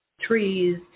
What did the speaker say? trees